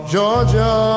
Georgia